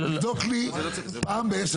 פעם בעשר